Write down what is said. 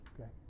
Okay